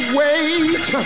wait